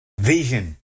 Vision